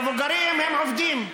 מבוגרים הם עובדים,